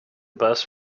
best